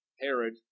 Herod